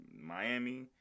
Miami